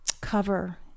cover